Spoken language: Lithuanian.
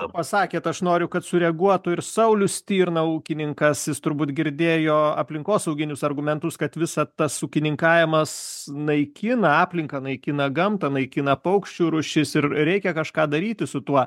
pasakėt aš noriu kad sureaguotų ir saulius stirna ūkininkas jis turbūt girdėjo aplinkosauginius argumentus kad visa tas ūkininkvimas naikina aplinką naikina gamtą naikina paukščių rūšis ir reikia kažką daryti su tuo